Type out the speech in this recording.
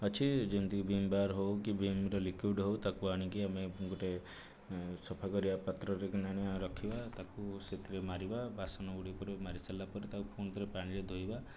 ଅଛି ଯେମିତି Vim bar ହେଉ କି ଭୀମ୍ ର ଲିକୁଇଡ଼୍ ହେଉ ତାକୁ ଆଣିକି ଗୋଟିଏ ସଫା କରିବା ପାତ୍ରରେ କିଣି ଆଣି ରଖିବା ତାକୁ ସେଥିରେ ମାରିବା ବାସନ ଗୁଡ଼ିକରେ ମାରି ସାରିବା ପରେ ତାକୁ ପୁଣିଥରେ ପାଣିରେ ଧୋଇବା